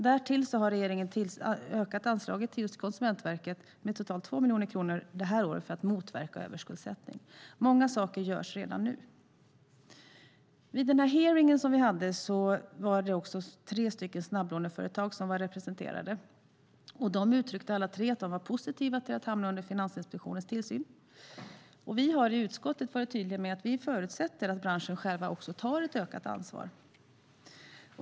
Därtill har regeringen ökat anslaget till Konsumentverket med totalt 2 miljoner kronor det här året för att motverka överskuldsättning. Många saker görs alltså redan nu. Vid den hearing som vi hade var tre snabblåneföretag representerade. Det uttryckte alla tre att de var positiva till att hamna under Finansinspektionens tillsyn. Vi i utskottet har varit tydliga med att vi förutsätter att branschen själv tar ett ökat ansvar.